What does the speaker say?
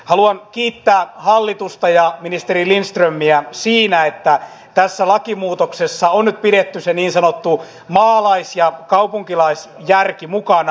haluan kiittää hallitusta ja ministeri lindströmiä siitä että tässä lakimuutoksessa on nyt pidetty niin sanottu maalais ja kaupunkilaisjärki mukana